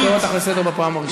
אני קורא אותך לסדר בפעם הראשונה.